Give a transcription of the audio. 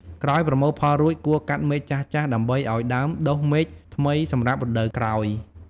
ក្រោយប្រមូលផលរួច គួរកាត់មែកចាស់ៗ ដើម្បីឱ្យដើមដុះមែកថ្មីសម្រាប់រដូវក្រោយ។